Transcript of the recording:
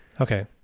Okay